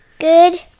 Good